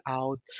out